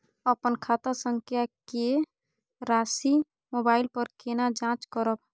अपन खाता संख्या के राशि मोबाइल पर केना जाँच करब?